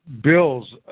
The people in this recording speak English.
Bill's